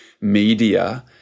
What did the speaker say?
media